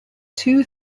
two